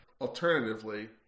alternatively